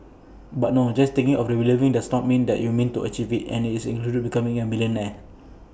but no just thinking or believing does not mean that you mean to achieve IT and that includes becoming A millionaire